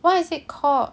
what is it called